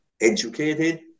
educated